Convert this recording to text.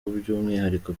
by’umwihariko